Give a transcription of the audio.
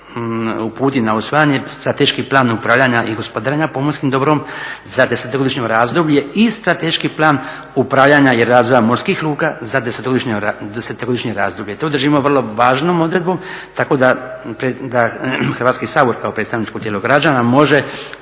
uputi na usvajanje strateški plan upravljanja i gospodarenja pomorskim dobrom za desetogodišnje razdoblje i strateški plan upravljanja i razvoja morskih luka za desetogodišnje razdoblje. To držimo vrlo važnom odredbom tako da Hrvatski sabor kao predstavničko tijelo građana može